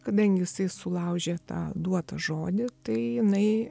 kadangi jisai sulaužė tą duotą žodį tai jinai